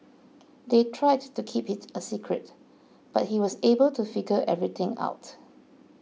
they tried to keep it a secret but he was able to figure everything out